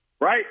right